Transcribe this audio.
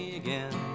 again